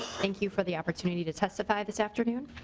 thank you for the opportunity to testify this afternoon.